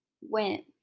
went